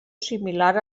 similar